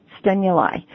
stimuli